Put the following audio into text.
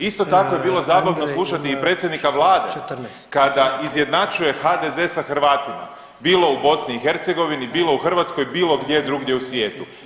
Isto tako je bilo zabavno slušati i predsjednika vlada kada izjednačuje HDZ sa Hrvatima, bilo u BiH, bilo u Hrvatskoj, bilo gdje drugdje u svijetu.